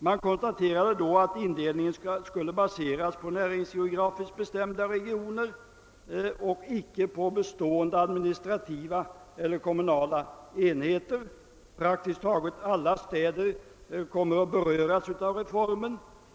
Man konstaterade då att indelningen skulle baseras på näringsgeografiskt bestämda regioner och inte på bestående administrativa eller kommunala enheter. Praktiskt taget alla städer kommer att beröras av reformen.